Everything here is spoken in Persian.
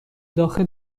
داخل